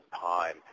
time